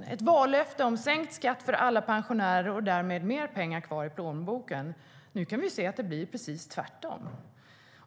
De gav ett vallöfte om sänkt skatt för alla pensionärer och därmed mer pengar kvar i plånboken. Nu kan vi se att det blir precis tvärtom.